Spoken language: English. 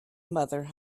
mother